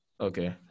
Okay